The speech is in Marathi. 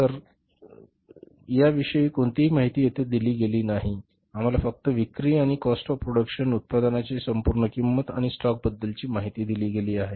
तर करा विषयी कोणतीही माहिती येथे दिली गेली नाही आम्हाला फक्त विक्री आणि कॉस्ट ऑफ प्रोडक्शन उत्पादनाची संपूर्ण किंमत आणि स्टॉक बद्दलची माहिती दिली गेली आहे